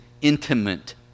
intimate